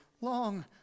long